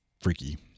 freaky